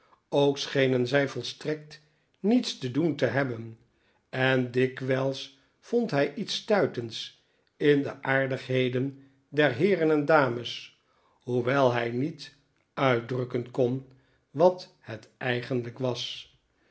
ook schenen zij volstrekt niets te doen te hebben en dikwijls vond hij iets stuitends in de aardigheden der heeren en dames hoewel hij niet uitdrukken kon wat het eigenlijk was